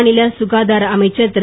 மாநில ககாதார அமைச்சர் திரு